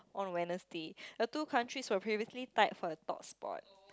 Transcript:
on Wednesday the two countries were previously tied for the top spot